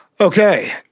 Okay